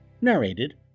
narrated